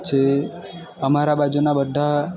પછી અમારી બાજુના બધાં